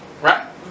right